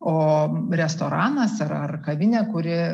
o restoranas ar ar kavinė kuri